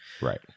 Right